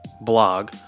blog